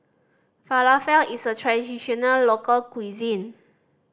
falafel is a traditional local cuisine